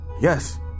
yes